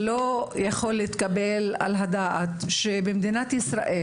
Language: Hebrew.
לא יכול להתקבל על הדעת שבמדינת ישראל,